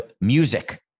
music